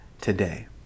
today